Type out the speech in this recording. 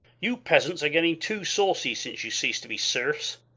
you peasants are getting too saucy since you ceased to be serfs,